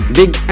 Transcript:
big